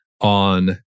on